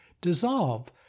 dissolve